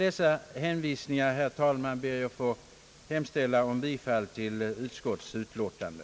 Med hänvisning till det anförda hemställer jag, herr talman, om bifall till utskottets utlåtande.